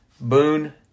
Boone